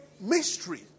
mystery